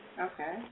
Okay